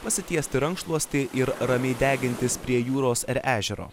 pasitiesti rankšluostį ir ramiai degintis prie jūros ar ežero